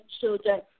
children